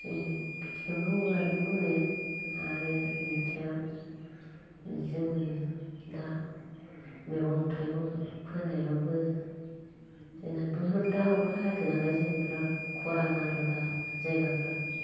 जोङो खिथिखो मावो आरो मावनाया आरो इनि सायाव जोङो दा मैगं थाइगं फोनायावबो जोंहा बुहुद दा अखा हायाखैनालाय जों बिराद खरान आरो दा जायगाफ्रा